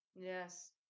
Yes